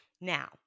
Now